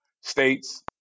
states